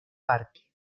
parque